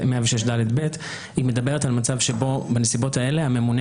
הקודמים 106ד(ב) - והיא מדברת על מצב שבו בנסיבות האלה הממונה